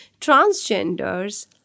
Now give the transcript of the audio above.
transgenders